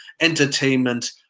entertainment